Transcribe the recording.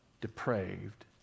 depraved